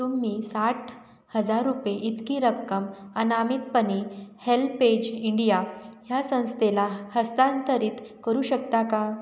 तुम्ही साठ हजार रुपये इतकी रक्कम अनामितपणे हेल्पेज इंडिया ह्या संस्थेला हस्तांतरित करू शकता का